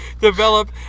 develop